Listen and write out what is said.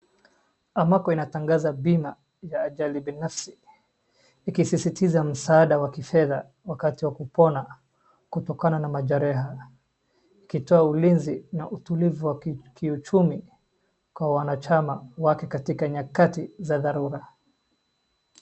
Amaco inatangaza bima ya ajali binafsi ikisisitiza msaada wa kifedha wakati wa kupona kutokana na majeraha. Ikitoa ulinzi na utulivu wa kiuchumi kwa wanachama wake katika nyakati za dharura.